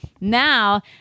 now